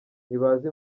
ntibazi